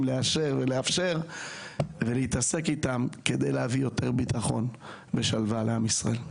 לאשר ולאפשר ולהתעסק איתם כדי להביא יותר ביטחון ושלווה לעם ישראל.